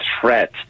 threat